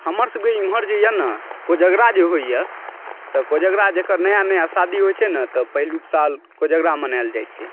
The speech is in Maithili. हमर सभके इमहर जे यऽ ने कोज़गरा जे होय यऽ तऽ कोज़गरा जेकर नया नया शादी होय छै ने तऽ पहिलुक साल कोज़गरा मनायल जाइ छै